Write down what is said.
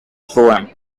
poem